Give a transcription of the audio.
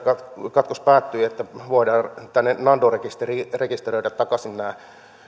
katkos päättyy että voidaan tänne nando rekisteriin rekisteröidä takaisin nämä